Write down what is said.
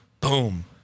Boom